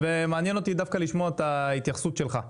מעניין אותי לשמוע את ההתייחסות שלך לזה.